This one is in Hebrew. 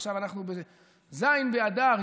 ועכשיו אנחנו בז' באדר,